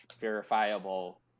verifiable